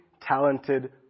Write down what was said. talented